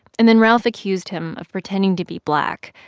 and then ralph accused him of pretending to be black.